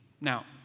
Now